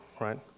right